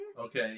Okay